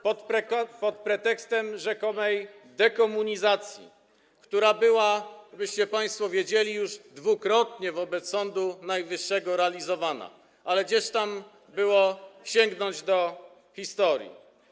Pod pretekstem rzekomej dekomunizacji, która była, żebyście państwo wiedzieli, dwukrotnie w przypadku Sądu Najwyższego realizowana, ale gdzież tam było sięgnąć do historii.